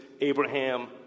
Abraham